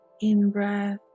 In-breath